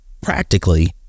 practically